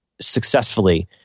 successfully